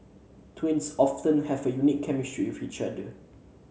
twins often have a unique chemistry with each other